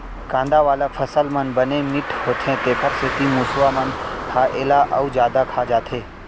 कांदा वाला फसल मन बने मिठ्ठ होथे तेखर सेती मूसवा मन ह एला अउ जादा खा जाथे